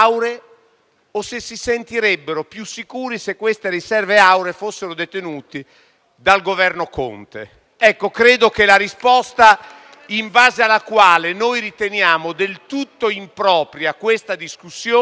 o se si sentirebbero più sicuri se queste riserve auree fossero detenute dal Governo Conte. *(Applausi dal Gruppo PD)*. Credo che la risposta, in base alla quale noi riteniamo del tutta impropria questa discussione,